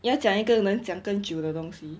要讲一个能讲更久的东西